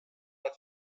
bat